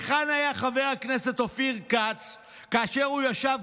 היכן היה חבר הכנסת אופיר כץ כאשר הוא ישב